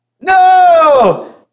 No